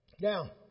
Now